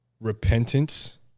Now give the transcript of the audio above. repentance